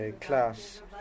class